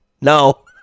no